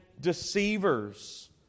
deceivers